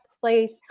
place